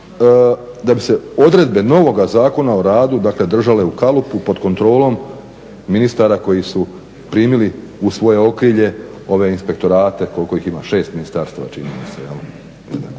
da bi se odredbe novoga Zakona o radu, dakle držale u kalupu, pod kontrolom ministara koji su primili u svoje okrilje ove inspektorate koliko ih ima, šest ministarstava čini mi se.